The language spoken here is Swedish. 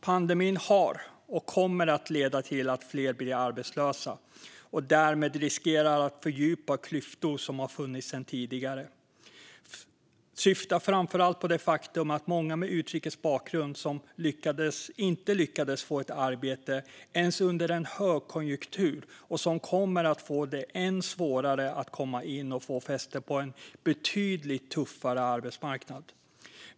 Pandemin har lett till och kommer att leda till att fler blir arbetslösa och riskerar därmed att fördjupa klyftor som finns sedan tidigare. Jag syftar framför allt på det faktum att många med utrikesbakgrund som inte lyckades få ett arbete ens under en högkonjunktur kommer att få det än svårare att komma in och få fäste på en betydligt tuffare arbetsmarknad.